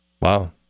Wow